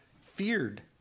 feared